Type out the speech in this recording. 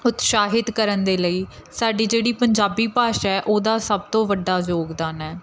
ਉਤਸ਼ਾਹਿਤ ਕਰਨ ਦੇ ਲਈ ਸਾਡੀ ਜਿਹੜੀ ਪੰਜਾਬੀ ਭਾਸ਼ਾ ਉਹਦਾ ਸਭ ਤੋਂ ਵੱਡਾ ਯੋਗਦਾਨ ਹੈ